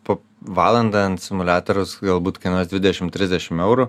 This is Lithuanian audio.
po valandą ant simuliatorius galbūt kainuos dvidešimt trisdešimt eurų